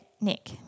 Nick